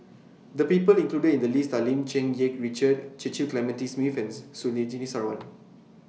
The People included in The list Are Lim Cherng Yih Richard Cecil Clementi Smith Ans Surtini Sarwan